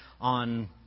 on